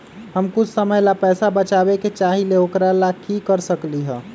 हम कुछ समय ला पैसा बचाबे के चाहईले ओकरा ला की कर सकली ह?